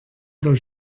dėl